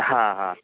हां हां